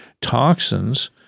toxins